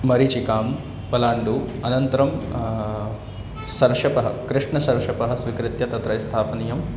मरीचिकां पलाण्डुम् अनन्तरं सर्षपः कृष्णसर्षपः स्वीकृत्य तत्र स्थापनीयम्